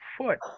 foot